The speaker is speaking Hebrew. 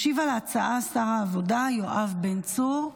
ישיב על ההצעה שר העבודה יואב בן צור,